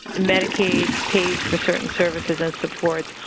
medicaid pays for certain services and supports.